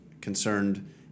concerned